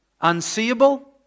Unseeable